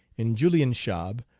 in juliaiishaab,